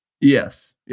Yes